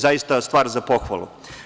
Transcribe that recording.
Zaista stvar za pohvalu.